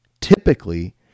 typically